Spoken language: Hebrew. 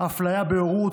אפליה בהורות,